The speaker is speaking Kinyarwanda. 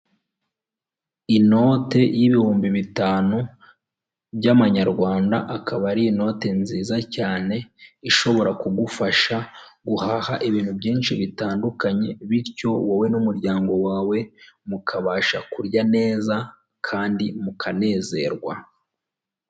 Mu masaha ya nijoro mbere yanjye ndahabona etaje y'ubucuruzi, aho hasi hari icyapa cyanditse ngo Simba Gishushu, ndabona na none icyapa kigaragaza y'uko nta parikingi ihari, hakaba hari n'intebe za parasitiki z'umuhondo ndetse n'izitukura n'utu meza twazo.